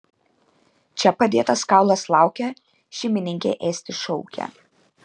čia padėtas kaulas laukia šeimininkė ėsti šaukia